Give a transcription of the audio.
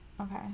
Okay